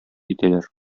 итәләр